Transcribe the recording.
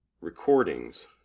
recordings